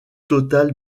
total